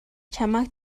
чамайг